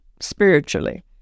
spiritually